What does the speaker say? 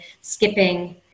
skipping